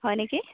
হয় নেকি